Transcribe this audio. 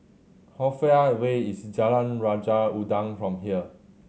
how far away is Jalan Raja Udang from here